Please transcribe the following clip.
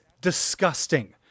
disgusting